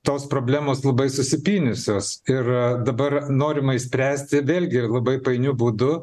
tos problemos labai susipynusios ir dabar norima išspręsti vėlgi labai painiu būdu